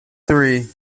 three